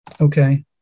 Okay